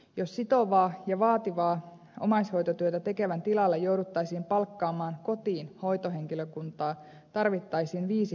jos sitovaa ja vaativaa omaishoitotyötä tekevän tilalle jouduttaisiin palkkaamaan kotiin hoitohenkilökuntaa tarvittaisiin viisi hoitajaa